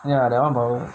ya that [one]